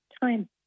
Time